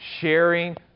sharing